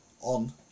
on